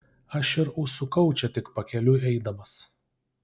aš ir užsukau čia tik pakeliui eidamas